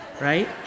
Right